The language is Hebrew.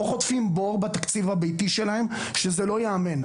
או חוטפים בור בתקציב הביתי שלהם שזה לא יאמן.